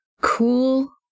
cool